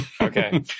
Okay